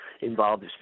involved